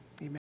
amen